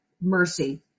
mercy